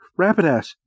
Rapidash